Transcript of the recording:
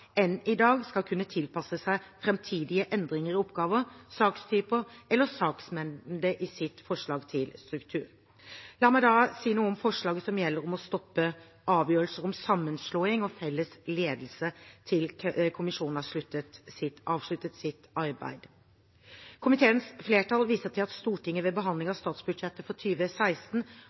enn i dag skal kunne tilpasse seg framtidige endringer i oppgaver, sakstyper eller saksmengde i sitt forslag til struktur. La meg da si noe om forslaget som gjelder å stoppe avgjørelser om sammenslåing og felles ledelse til kommisjonen har avsluttet sitt arbeid. Komiteens flertall viser til at Stortinget ved behandlingen av statsbudsjettet for